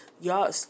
y'all